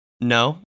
No